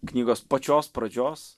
knygos pačios pradžios